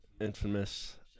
infamous